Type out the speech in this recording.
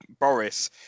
Boris